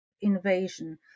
invasion